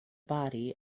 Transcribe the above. body